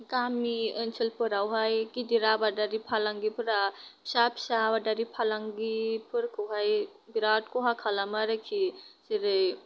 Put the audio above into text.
गामि ओनसोलफोराव हाय गिदिर आबादारि फालांगिफोरा फिसा फिसा आबादारि फालांगिफोरखौहाय बिराद खहा खालमो आरोखि जेरै